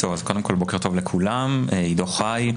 בוקר טוב לכולם, עידו חי,